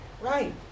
Right